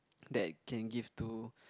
that can give to